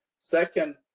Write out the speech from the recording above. second,